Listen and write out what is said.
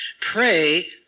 Pray